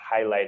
highlighted